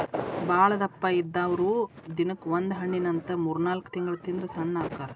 ಬಾಳದಪ್ಪ ಇದ್ದಾವ್ರು ದಿನಕ್ಕ ಒಂದ ಹಣ್ಣಿನಂತ ಮೂರ್ನಾಲ್ಕ ತಿಂಗಳ ತಿಂದ್ರ ಸಣ್ಣ ಅಕ್ಕಾರ